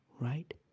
right